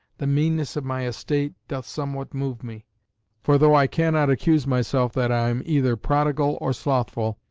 the meanness of my estate doth somewhat move me for though i cannot accuse myself that i am either prodigal or slothful,